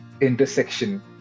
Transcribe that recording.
intersection